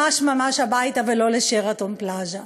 ממש ממש הביתה, ולא ל"שרתון פלאזה".